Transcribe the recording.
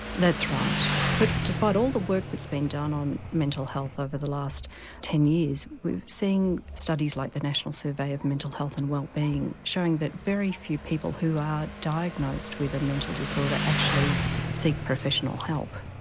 that's right. but despite all the work that's been done on mental health over the last ten years we're seeing studies like the national survey of mental health and wellbeing showing that very few people who are diagnosed with a mental disorder actually seek professional help.